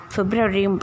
February